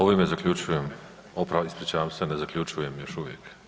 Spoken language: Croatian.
Ovime zaključujem, o, ispričavam se, ne zaključujem još uvijek.